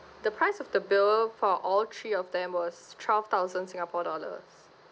the price of the bill for all three of them was twelve thousand singapore dollars